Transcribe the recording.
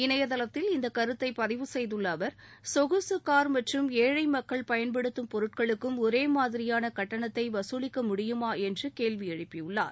இணையதளத்தில் இந்த கருத்தை பதிவு செய்துள்ள அவர் சொகுசு கார் மற்றும் ஏழை மக்கள் பயன்படுத்தும் பொருட்களுக்கும் ஒரே மாதிரியான கட்டணத்தை வகுலிக்க முடியுமா என்று கேள்வி எழுப்பி உள்ளார்